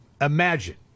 Imagine